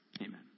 Amen